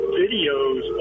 videos